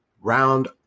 round